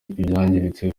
ibyangiritse